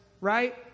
right